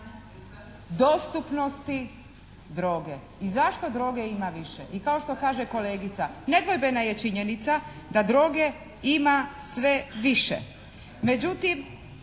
dostupnosti droge i zašto droge ima više. I kao što kaže kolegica, nedvojbena je činjenica da droge ima sve više,